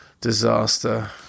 Disaster